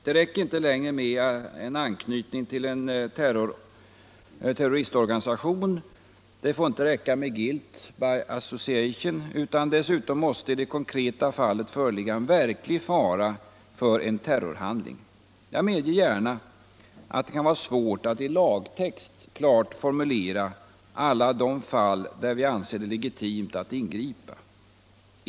Det räcker inte längre med en anknytning till en terroristorganisation, det får inte räcka med ”guilt by association”, utan det måste dessutom i det konkreta fallet föreligga verklig fara för en terrorhandling. Jag medger gärna att det kan vara svårt att i en lagtext klart formulera alla de fall där vi anser det legitimt att ingripa.